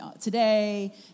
today